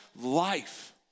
life